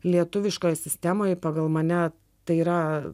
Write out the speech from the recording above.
lietuviškoje sistemoje pagal mane tai yra